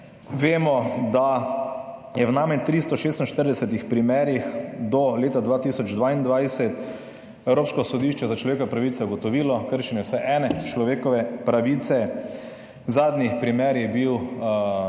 Vemo, da je v najmanj 346 primerih do leta 2022 Evropsko sodišče za človekove pravice ugotovilo kršenje vsaj ene človekove pravice. Zadnji primer je bil